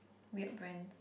weird brands